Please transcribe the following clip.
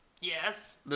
Yes